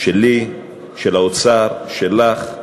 שלי, של האוצר, שלך,